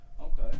Okay